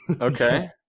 Okay